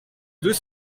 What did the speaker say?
deux